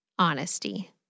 honesty